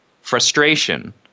frustration